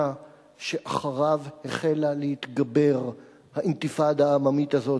שאחריו החלה להתגבר האינתיפאדה העממית הזאת,